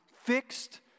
fixed